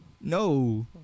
No